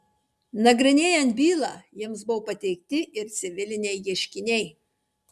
nagrinėjant bylą jiems buvo pateikti ir civiliniai ieškiniai